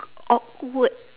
awkward